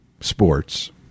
sports